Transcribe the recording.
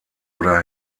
oder